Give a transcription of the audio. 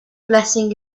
blessing